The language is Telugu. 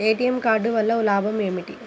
ఏ.టీ.ఎం కార్డు వల్ల లాభం ఏమిటి?